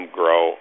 grow